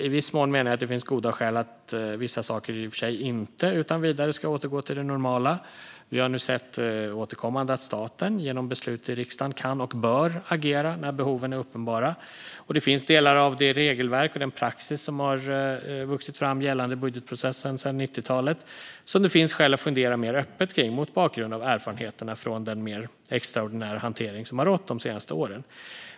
I viss mån menar jag att det finns goda skäl att vissa saker inte utan vidare ska återgå till det normala. Vi har nu återkommande sett att staten genom beslut i riksdagen kan och bör agera när behoven är uppenbara, och det finns delar av det regelverk och den praxis som har vuxit fram gällande budgetprocessen sedan 90-talet som det finns skäl att fundera mer öppet kring mot bakgrund av erfarenheterna från den mer extraordinära hantering som har rått de senaste åren.